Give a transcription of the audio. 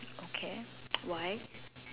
okay why